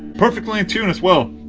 perfectly in tune as well.